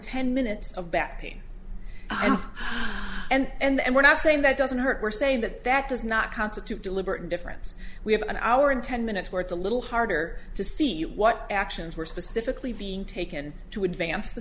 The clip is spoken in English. ten minutes of back pain and we're not saying that doesn't hurt we're saying that that does not constitute deliberate indifference we have an hour in ten minutes where it's a little harder to see what actions were specifically being taken to advance t